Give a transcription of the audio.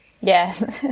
Yes